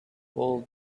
wool